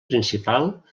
principal